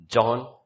John